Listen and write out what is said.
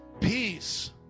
Peace